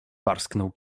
parsknął